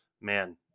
man